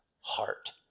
heart